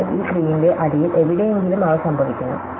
അതിനാൽ ഈ ട്രീയിന്റെ അടിയിൽ എവിടെയെങ്കിലും അവ സംഭവിക്കുന്നു